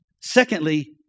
Secondly